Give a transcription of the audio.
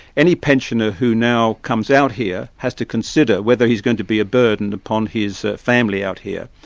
any pensioner who now comes out here has to consider whether he's going to be a burden upon his family out here.